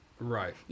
right